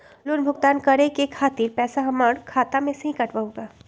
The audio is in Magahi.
लोन भुगतान करे के खातिर पैसा हमर खाता में से ही काटबहु का?